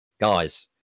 guys